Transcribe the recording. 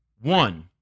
One